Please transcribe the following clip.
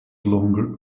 longer